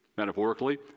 metaphorically